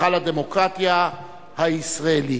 היכל הדמוקרטיה הישראלי.